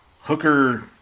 Hooker –